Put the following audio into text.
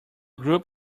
group